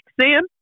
Sam